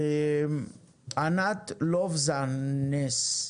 ענת לובזנס,